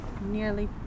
nearly